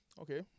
Okay